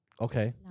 Okay